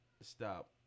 stop